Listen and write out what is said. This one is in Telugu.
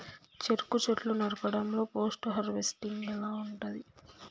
చెరుకు చెట్లు నరకడం లో పోస్ట్ హార్వెస్టింగ్ ఎలా ఉంటది?